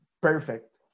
perfect